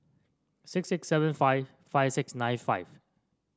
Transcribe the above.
six eight seven five five six nine five